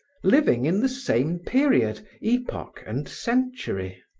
living in the same period, epoch and century.